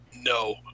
No